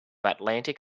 atlantic